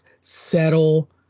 settle